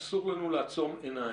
אסור לנו לעצום עיניים.